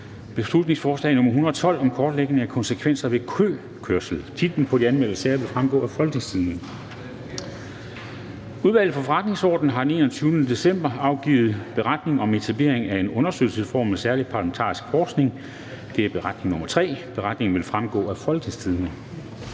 folketingsbeslutning om kortlægning af konsekvenser af køkørsel). Titlerne på de anmeldte sager vil fremgå af www.folketingstidende.dk (jf. ovenfor). Udvalget for Forretningsordenen har den 21. december afgivet: Beretning om etablering af en undersøgelsesform med særlig parlamentarisk forankring. (Beretning nr. 3). Beretningen vil fremgå af www.folketingstidende.dk